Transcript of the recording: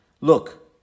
Look